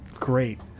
great